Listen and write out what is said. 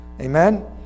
Amen